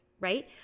right